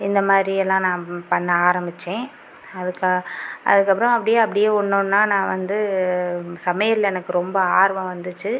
இந்தமாதிரி எல்லாம் நான் பண்ண ஆரமித்தேன் அதுக்கு அதுக்கு அப்புறம் அப்படே அப்படே ஒன்று ஒன்றா நான் வந்து சமையலில் எனக்கு ரொம்ப ஆர்வம் வந்துச்சு